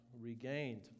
regained